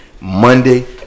Monday